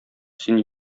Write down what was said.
син